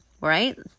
Right